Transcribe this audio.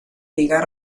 liga